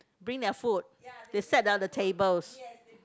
bring their food they set on the tables